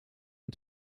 een